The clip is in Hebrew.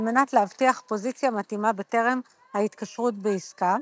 על מנת להבטיח פוזיציה מתאימה בטרם ההתקשרות בעסקה.